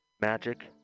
magic